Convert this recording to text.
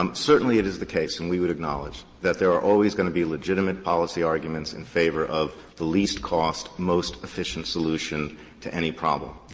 um certainly, it is the case and we would acknowledge that there are always going to be legitimate policy arguments in favor of the least cost, most efficient solution to any problem.